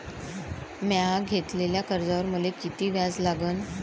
म्या घेतलेल्या कर्जावर मले किती व्याज लागन?